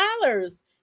dollars